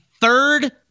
third